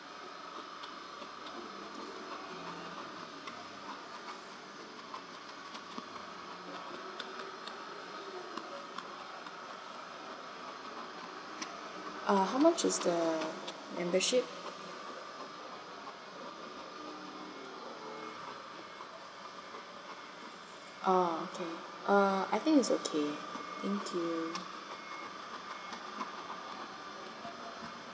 uh how much is the membership oh okay uh I think it's okay thank you